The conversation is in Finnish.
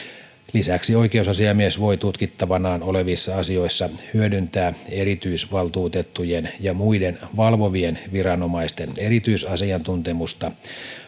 lisäksi oikeusasiamies voi tutkittavanaan olevissa asioissa hyödyntää erityisvaltuutettujen ja muiden valvovien viranomaisten erityisasiantuntemusta